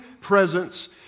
presence